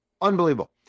unbelievable